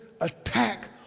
attack